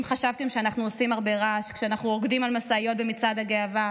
אם חשבתם שאנחנו עושים הרבה רעש כשאנחנו עומדים על משאיות במצעד הגאווה,